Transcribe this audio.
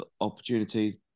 opportunities